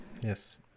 yes